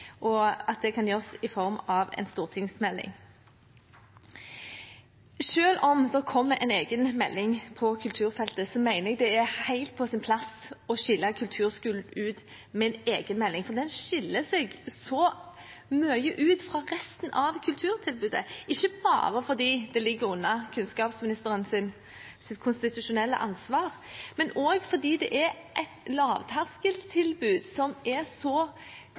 og at det kan gjøres i form av en stortingsmelding. Selv om det kommer en egen melding på kulturfeltet, mener jeg det er helt på sin plass å skille ut kulturskolen med en egen melding. Den skiller seg så mye ut fra resten av kulturtilbudet, ikke bare fordi den ligger under kunnskapsministerens konstitusjonelle ansvar, men også fordi det er et lavterskeltilbud som er